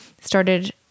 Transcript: Started